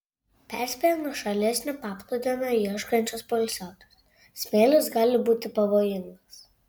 perspėja nuošalesnio paplūdimio ieškančius poilsiautojus smėlis gali būti pavojingas